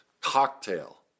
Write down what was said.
cocktail